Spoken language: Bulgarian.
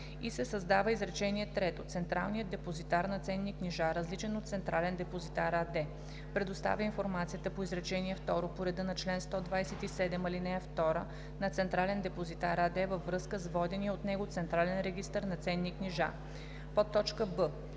и се създава изречение трето: „Централният депозитар на ценни книжа, различен от „Централен депозитар“ АД, предоставя информацията по изречение второ по реда на чл. 127, ал. 2 на „Централен депозитар“ АД във връзка с водения от него централен регистър на ценни книжа.“; б) в